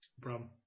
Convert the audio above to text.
problem